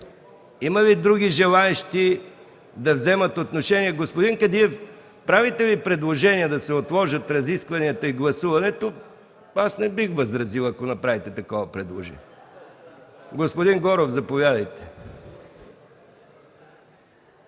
Има ли други желаещи да вземат отношение? Господин Кадиев, правите ли предложение да се отложат разискванията и гласуването? Аз не бих възразил, ако направите такова предложение. Господин Горов, заповядайте.